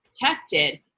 protected